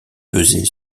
peser